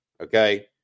Okay